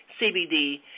CBD